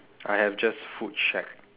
I have just food shack